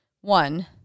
one